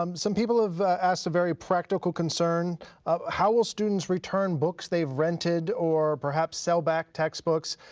um some people have asked a very practical concern how will students return books they've rented or perhaps sell back textbooks,